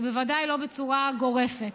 ובוודאי לא בצורה גורפת.